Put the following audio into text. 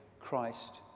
Christ